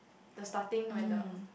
the starting when the